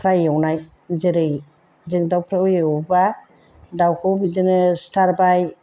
फ्राय एवनाय जेरै जों दाउफोरखौ एवब्ला दाउखौ बिदिनो सिथारबाय